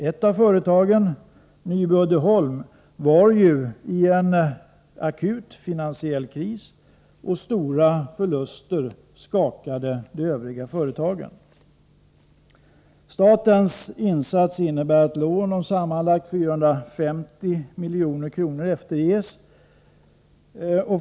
Ett av företagen, Nyby Uddeholm, befann sig i en akut finansiell kris, och stora förluster skakade de Övriga företagen. Statens insats innebär att lån om sammanlagt 450 milj.kr. efterges.